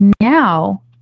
Now